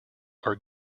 are